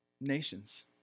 nations